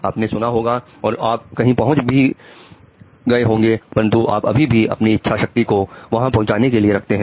आपने सुना होगा और आप कहीं पहुंचे भी होंगे परंतु आप अभी भी अपनी इच्छाशक्ति को वहां पहुंचाने के लिए रखते हैं